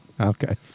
Okay